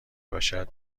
باشد